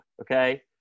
okay